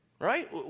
right